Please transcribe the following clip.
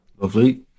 Lovely